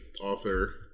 author